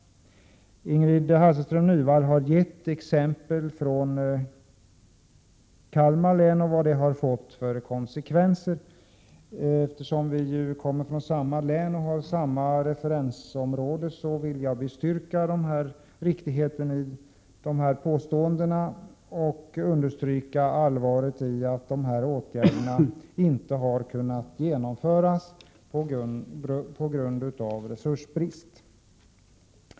Ingrid Hasselström Nyvall har gett exempel från Kalmar län på vilka konsekvenser detta har fått. Eftersom vi kommer från samma län och har samma referensområde, vill jag bestyrka riktigheten av dessa påståenden och understryka allvaret i att dessa åtgärder inte har kunnat genomföras på grund av resursbrist.